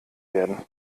werden